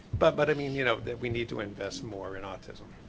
but but i mean you know we need to invest more in autism.